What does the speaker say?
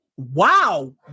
wow